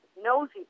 nosy